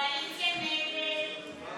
2 לא